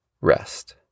rest